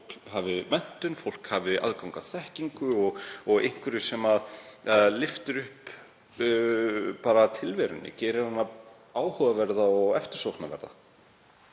hafi menntun, hafi aðgang að þekkingu og einhverju sem lyftir upp tilverunni, gerir hana áhugaverða og eftirsóknarverða.